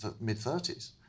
mid-30s